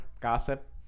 Gossip